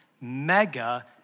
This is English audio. mega